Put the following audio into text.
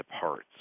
parts